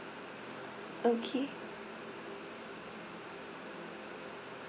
okay